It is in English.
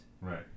right